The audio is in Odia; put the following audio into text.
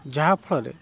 ଯାହା ଫଳରେ